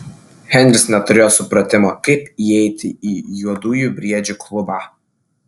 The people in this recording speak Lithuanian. henris neturėjo supratimo kaip įeiti į juodųjų briedžių klubą